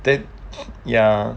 then ya